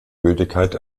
gültigkeit